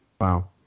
Wow